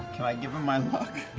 can i give him my luck?